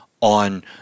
on